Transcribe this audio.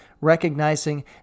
recognizing